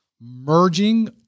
merging